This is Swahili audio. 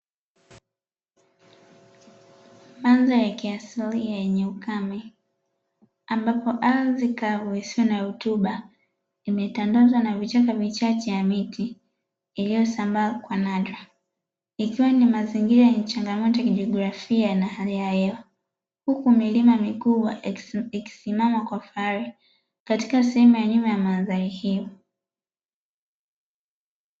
Mandhari ya kiasilia yenye ukame ambapo ardhi kavu isiyo na rutuba imetandazwa na vichanga vichache ya miti iliyosambaa kwa nadra ikiwa ni mazingira yenye changamoto ya kijografia na hali ya hewa, huku milima mikubwa ikisimama kwa fahari katika sehemu ya nyuma ya mandhari hiyo.